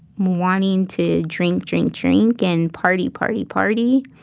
wanting to drink, drink, drink and party, party, party.